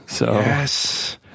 Yes